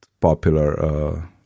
popular